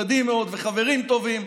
אנחנו גם מיודדים מאוד וחברים טובים,